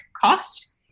cost